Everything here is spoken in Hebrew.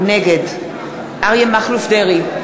נגד אריה מכלוף דרעי,